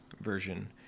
version